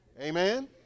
Amen